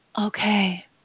Okay